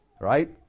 right